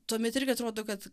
tuomet irgi atrodo kad